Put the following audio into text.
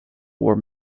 wore